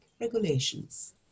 regulations